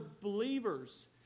believers